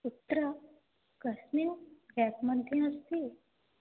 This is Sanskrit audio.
कुत्र कस्मिन् रेक् मध्ये अस्ति